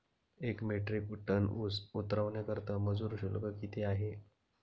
एक metric tonne ऊस उतरवण्याकरता मजूर शुल्क किती आहे?